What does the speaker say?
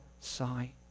sigh